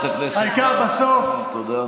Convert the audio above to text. העיקר, בסוף, חברת הכנסת מארק, תודה.